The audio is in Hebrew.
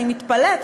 אני מתפלאת,